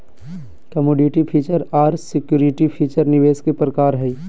commodity future आर security future निवेश के प्रकार हय